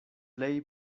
plej